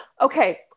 Okay